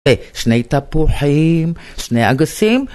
שני תפוחים, שני אגסים